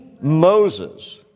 Moses